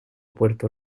puerto